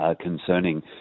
concerning